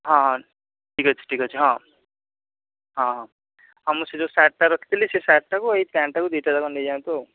ହଁ ହଁ ଠିକ୍ ଅଛି ଠିକ୍ ଅଛି ହଁ ହଁ ହଁ ମୁଁ ସେ ଯେଉଁ ସାର୍ଟ୍ଟା ରଖିଥିଲି ସେ ସାର୍ଟ୍ଟାକୁ ଏହି ପ୍ୟାଣ୍ଟ୍ଟାକୁ ଦୁଇଟାକୁ ନେଇ ଯାଆନ୍ତୁ ଆଉ